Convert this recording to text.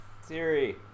Siri